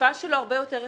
ההשפעה שלו הרבה יותר רחבה.